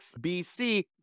BC